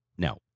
No